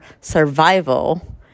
survival